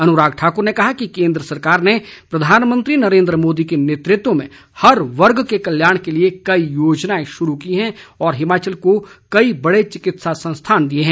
अनुराग ठाक्र ने कहा कि केंद्र सरकार ने प्रधानमंत्री नरेंद्र मोदी के नेतृत्व में हर वर्ग के कल्याण के लिए कई योजनाए शुरू की हैं और हिमाचल को कई बड़े चिकित्सा संस्थान दिए हैं